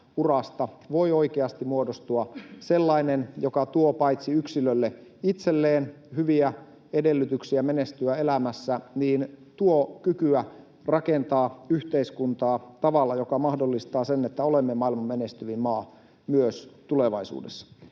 voi oikeasti muodostua sellainen, joka tuo paitsi yksilölle itselleen hyviä edellytyksiä menestyä elämässä myös kykyä rakentaa yhteiskuntaa tavalla, joka mahdollistaa sen, että olemme maailman menestyvin maa myös tulevaisuudessa.